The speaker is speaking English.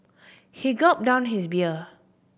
he gulped down his beer